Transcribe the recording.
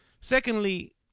Secondly